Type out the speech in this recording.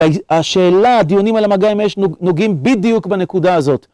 השאלה, דיונים על המגע עם האש, נוגעים בדיוק בנקודה הזאת.